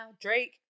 Drake